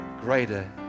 greater